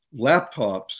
laptops